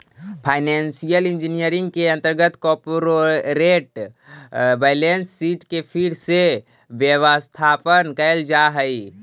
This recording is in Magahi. फाइनेंशियल इंजीनियरिंग के अंतर्गत कॉरपोरेट बैलेंस शीट के फिर से व्यवस्थापन कैल जा हई